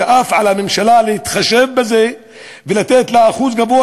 ועל הממשלה אף להתחשב בזה ולתת לה אחוז גבוה